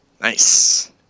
Nice